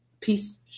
peace